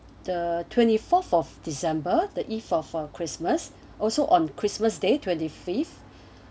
the twenty fourth of december the for for christmas also on christmas day twenty fifth